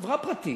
חברה פרטית.